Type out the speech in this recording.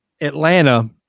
Atlanta